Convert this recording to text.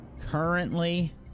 Currently